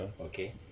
Okay